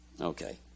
Okay